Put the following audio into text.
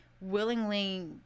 willingly